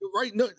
Right